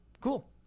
Cool